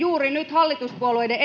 hallituspuolueiden